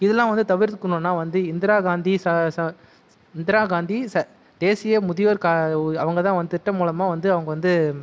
இதல்லாம் வந்து தவிர்க்கணுனால் வந்து இந்திரா காந்தி இந்திரா காந்தி தேசிய முதியோர் அவங்க தான் திட்டம் மூலமாக வந்து அவங்க வந்து